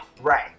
Right